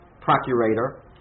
procurator